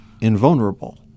invulnerable